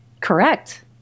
Correct